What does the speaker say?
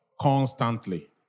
constantly